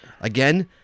Again